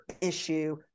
issue